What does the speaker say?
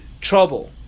trouble